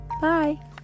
bye